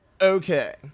okay